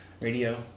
radio